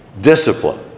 discipline